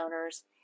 owners